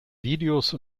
videos